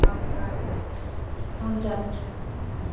हजुर हजुर हुन्छ हुन्छ हुन्छ